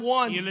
one